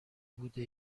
بوده